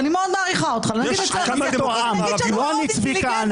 ואני מאוד מעריכה אותך, נגיד לצורך השיח.